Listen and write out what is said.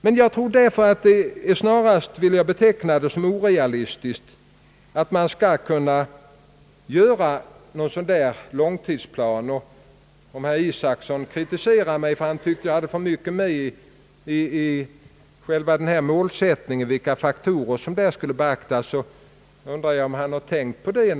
Men jag vill snarast beteckna det som orealistiskt att tro, att man skulle kunna göra upp sådana långtidsplaner som har föreslagits. Jag undrar om herr Isacson, som kritiserar mig för att jag i målsättningen hade lagt in för många faktorer, som skulle beaktas, har tänkt på detta.